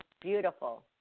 beautiful